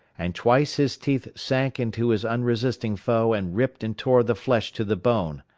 and twice his teeth sank into his unresisting foe and ripped and tore the flesh to the bone.